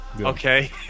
Okay